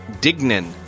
Dignan